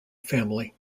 family